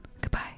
Goodbye